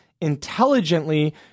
intelligently